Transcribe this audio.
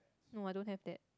no I don't have that